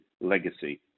legacy